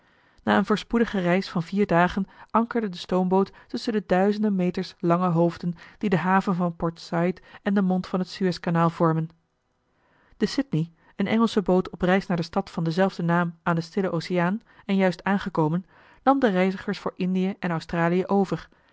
na eene voorspoedige reis van vier dagen ankerde de stoomboot tusschen de duizenden meters lange hoofden die de haven van port saïd en den mond van het suez-kanaal vormen de sydney eene engelsche boot op reis naar de stad van denzelfden naam aan den stillen oceaan en juist aangekomen nam de reizigers voor indië en australië over